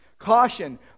Caution